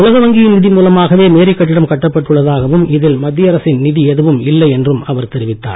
உலக வங்கி நிதி மூலமாகவே மேரி கட்டிடம் கட்டப் பட்டுள்ளதாகவும் இதில் மத்திய அரசின் நிதி எதுவும் இல்லை என்றும் அவர் தெரிவித்தார்